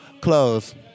close